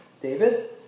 David